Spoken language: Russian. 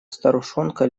старушонка